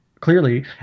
clearly